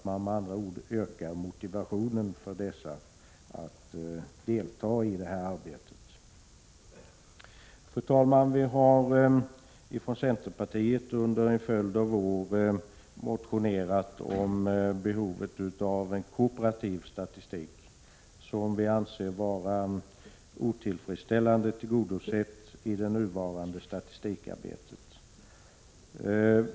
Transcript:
Man bör alltså öka motivationen för vederbörande att delta i det här arbetet. Fru talman! Från centerpartiets sida har vi under en följd av år motionerat om behovet av en bättre kooperativ statistik, som vi anser vara otillfredsställande för närvarande.